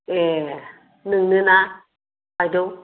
ए नोंनोना बायद'